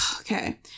okay